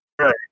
Right